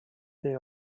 they